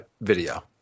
video